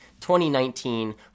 2019